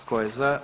Tko je za?